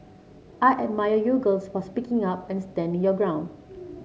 I admire you girls for speaking up and standing your ground